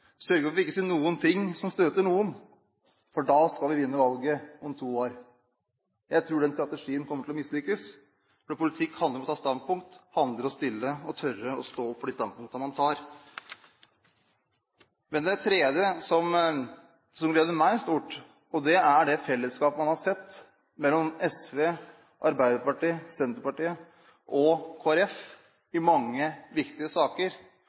sørge for at en ikke sier noen ting som støter noen, for da skal en vinne valget om to år. Jeg tror den strategien kommer til å mislykkes, for politikk handler om å ta standpunkt, handler om å stille og tørre å stå opp for de standpunktene man tar. Men det tredje som gleder meg stort, er det fellesskap man har sett mellom SV, Arbeiderpartiet, Senterpartiet og Kristelig Folkeparti i mange viktige saker.